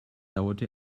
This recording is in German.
dauerte